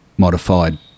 modified